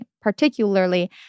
Particularly